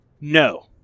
No